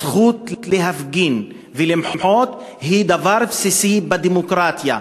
הזכות להפגין ולמחות היא דבר בסיסי בדמוקרטיה.